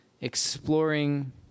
Exploring